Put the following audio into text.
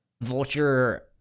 Vulture